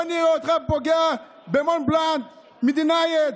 בוא נראה אותך פוגע במון בלאן, מידנייט,